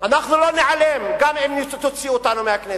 אנחנו לא ניעלם גם אם תוציאו אותנו מהכנסת.